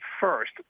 first